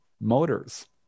motors